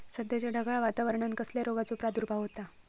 सध्याच्या ढगाळ वातावरणान कसल्या रोगाचो प्रादुर्भाव होता?